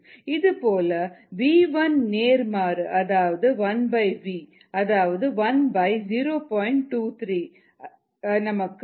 இதுபோல v1 நேர்மாறு 1v அதாவது 1 0